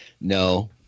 No